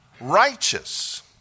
righteous